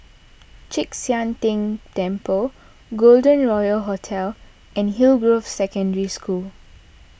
Chek Sian Tng Temple Golden Royal Hotel and Hillgrove Secondary School